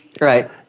Right